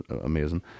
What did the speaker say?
amazing